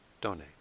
donate